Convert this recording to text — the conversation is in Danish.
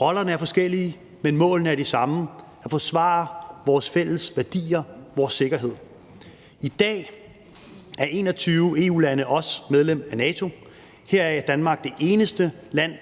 rollerne er forskellige, men målene er de samme, nemlig at forsvare vores fælles værdier, vores sikkerhed. I dag er 21 EU-lande også medlem af NATO, heraf er Danmark det eneste land,